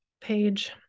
page